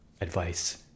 advice